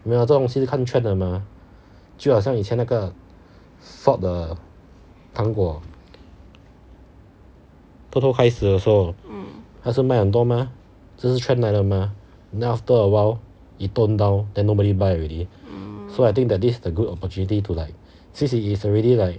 没有这种东西是看 trend 的 mah 就好像以前那个 sort 的糖果偷偷开始的时候他是卖很多吗这是 trend 来的 mah then after awhile it tone down then nobody buy already so I think that this a good opportunity to like since it is already like